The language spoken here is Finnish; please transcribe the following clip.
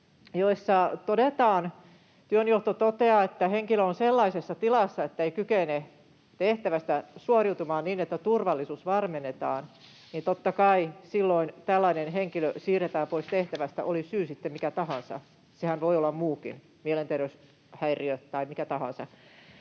jossa työnjohto toteaa, että henkilö on sellaisessa tilassa, että ei kykene tehtävästä suoriutumaan niin, että turvallisuus varmennetaan, totta kai tällainen henkilö siirretään pois tehtävästä, oli syy sitten mikä tahansa. Sehän voi olla muukin, mielenterveyshäiriö tai mikä tahansa.